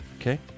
Okay